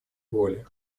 воли